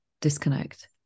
disconnect